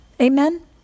Amen